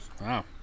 Wow